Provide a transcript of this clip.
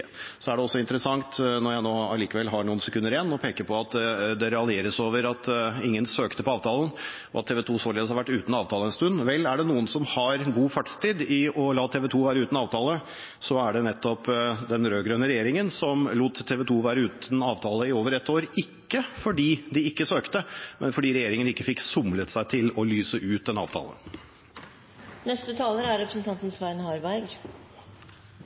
Så er det også interessant, når jeg nå allikevel har noen sekunder igjen, å peke på at det raljeres over at ingen søkte på avtalen, og at TV 2 således har vært uten avtale en stund. Vel, er det noen som har god fartstid i å la TV 2 være uten avtale, så er det nettopp den rød-grønne regjeringen som lot TV 2 være uten avtale i over ett år, ikke fordi de ikke søkte, men fordi regjeringen ikke fikk somlet seg til å lyse ut en avtale.